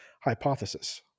Hypothesis